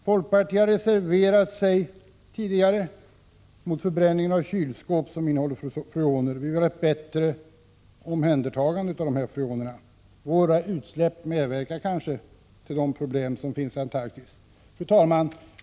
Folkpartiet har tidigare reserverat sig mot förbränningen av kylskåp som innehåller freoner. Vi vill ha ett bättre omhändertagande av freonerna. — Våra utsläpp medverkar kanske till de problem som finns i Antarktis. Fru talman!